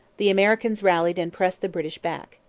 the americans rallied and pressed the british back.